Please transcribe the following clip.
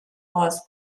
was